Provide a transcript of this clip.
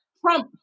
Trump